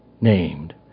named